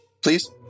Please